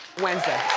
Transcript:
wednesday.